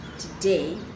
Today